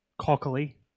cockily